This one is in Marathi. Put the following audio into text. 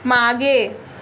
मागे